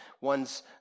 One's